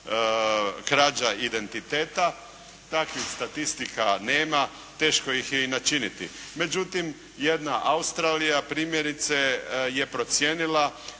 krađa identiteta, takvih statistika nema, teško ih je i načiniti, međutim jedna Australija primjerice je procijenila